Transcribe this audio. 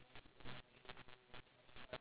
ah ya I was going to say sea urchin also